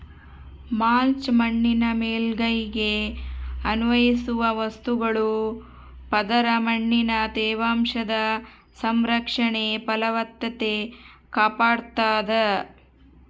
mulch ಮಣ್ಣಿನ ಮೇಲ್ಮೈಗೆ ಅನ್ವಯಿಸುವ ವಸ್ತುಗಳ ಪದರ ಮಣ್ಣಿನ ತೇವಾಂಶದ ಸಂರಕ್ಷಣೆ ಫಲವತ್ತತೆ ಕಾಪಾಡ್ತಾದ